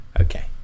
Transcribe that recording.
okay